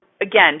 again